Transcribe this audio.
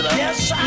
Yes